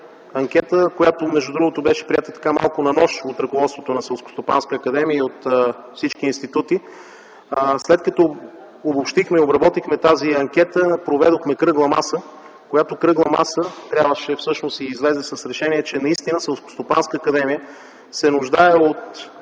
анкета, която, между другото, беше приета малко „на нож” от ръководството на Селскостопанската академия и от всички институти. След като обобщихме и обработихме тази анкета, проведохме кръгла маса, която излезе с решение, че наистина Селскостопанската академия се нуждае от